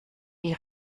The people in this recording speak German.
die